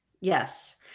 yes